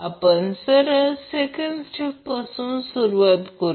आपण सरळ second step पासून सुरुवात करुया